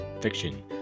fiction